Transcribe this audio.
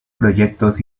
proyectos